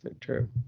True